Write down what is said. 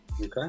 okay